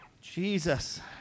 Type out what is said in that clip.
Jesus